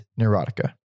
Neurotica